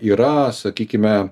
yra sakykime